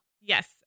Yes